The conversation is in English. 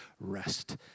rest